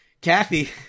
Kathy